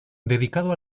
dedicado